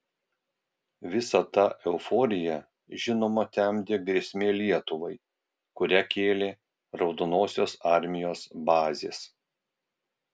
visą tą euforiją žinoma temdė grėsmė lietuvai kurią kėlė raudonosios armijos bazės